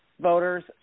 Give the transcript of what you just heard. voters